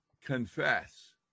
confess